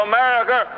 America